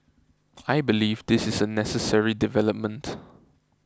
I believe this is a necessary development